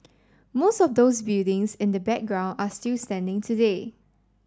most of those buildings in the background are still standing today